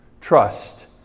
trust